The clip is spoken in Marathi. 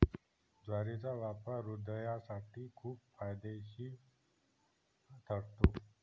ज्वारीचा वापर हृदयासाठी खूप फायदेशीर ठरतो